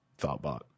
thoughtbot